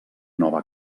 nova